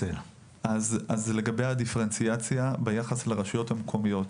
לגבי הדיפרנציאציה ביחס לרשויות המקומיות: